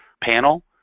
panel